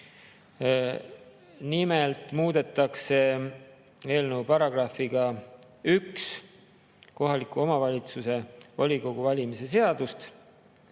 Nimelt muudetakse eelnõu §-ga 1 kohaliku omavalitsuse volikogu valimise seadust.